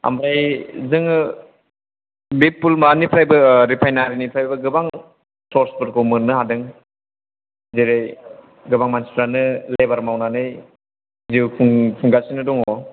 ओमफ्राय जोङो बे माबानिफ्रायबो रिफायनारिनिफ्रायबो गोबां सर्सफोरखौ मोननो हादों जेरै गोबां मानसिफ्रानो लेबार मावनानै जिउ खुंगासिनो दङ